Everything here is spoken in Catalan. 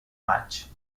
maig